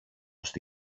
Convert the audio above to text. στη